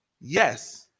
Yes